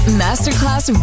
masterclass